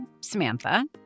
Samantha